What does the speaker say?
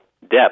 depth